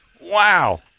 wow